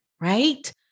right